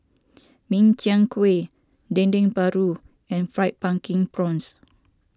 Min Chiang Kueh Dendeng Paru and Fried Pumpkin Prawns